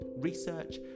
research